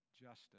justice